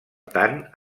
tant